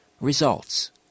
results